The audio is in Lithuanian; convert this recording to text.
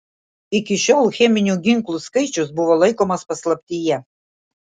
iki šiol cheminių ginklų skaičius buvo laikomas paslaptyje